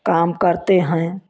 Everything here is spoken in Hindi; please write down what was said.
काम करते हैं